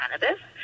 cannabis